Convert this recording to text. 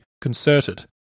concerted